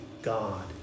God